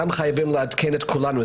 גם חייבים לעדכן את כולנו.